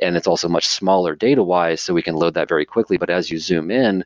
and it's also much smaller data-wise, so we can load that very quickly. but as you zoom in,